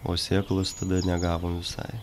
o sėklos tada negavom visai